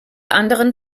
anderen